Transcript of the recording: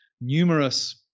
numerous